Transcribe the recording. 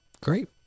Great